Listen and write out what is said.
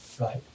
Right